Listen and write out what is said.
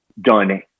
done